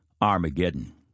Armageddon